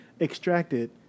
extracted